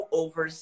over